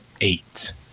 eight